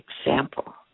example